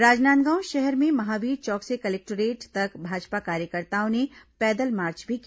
राजनांदगांव शहर में महावीर चौक से कलेक्टोरेट तक भाजपा कार्यकर्ताओं ने पैदल मार्च भी किया